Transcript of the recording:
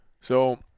So-